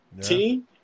team